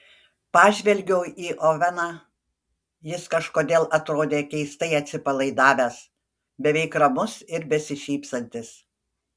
pažvelgiau į oveną jis kažkodėl atrodė keistai atsipalaidavęs beveik ramus ir besišypsantis